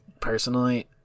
personally